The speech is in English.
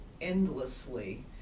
Endlessly